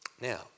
Now